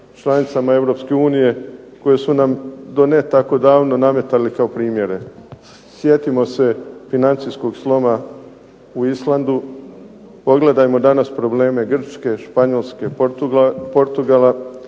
unije koje su nam do ne tako davno nametali kao primjere. Sjetimo se financijskog sloma u Islandu, pogledajmo danas probleme Grčke, Španjolske, Portugala.